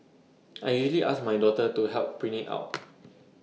I usually ask my daughter to help print IT out